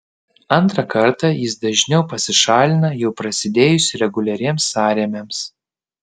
antrą kartą jis dažniau pasišalina jau prasidėjus reguliariems sąrėmiams